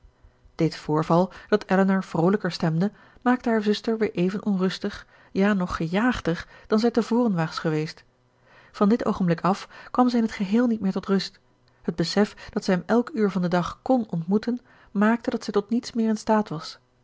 dit voorval dat elinor vroolijker stemde maakte haar zuster weer even onrustig ja nog gejaagder dan zij te voren was geweest van dit oogenblik af kwam zij in het geheel niet meer tot rust het besef dat zij hem elk uur van den dag kn ontmoeten maakte dat zij tot niets meer in staat was